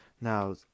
Now